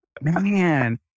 Man